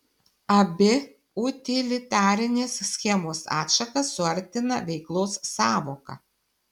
abi utilitarinės schemos atšakas suartina veiklos sąvoka